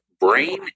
brain